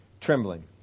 trembling